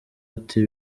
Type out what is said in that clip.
ati